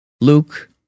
Luke